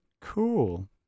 Cool